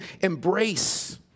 embrace